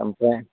आमफ्राय